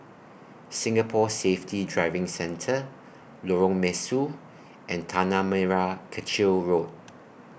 Singapore Safety Driving Centre Lorong Mesu and Tanah Merah Kechil Road